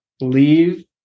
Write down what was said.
leave